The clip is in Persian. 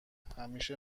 همیشه